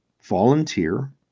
volunteer